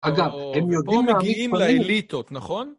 אגב, הם יודעים מה המספרים. פה מגיעים לאליטות נכון?